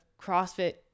CrossFit